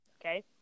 okay